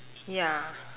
ya